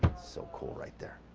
so cool right there.